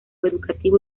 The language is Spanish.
educativo